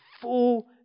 full